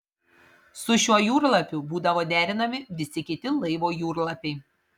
su šiuo jūrlapiu būdavo derinami visi kiti laivo jūrlapiai